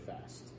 fast